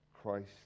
Christ